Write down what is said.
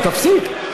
תמשיך,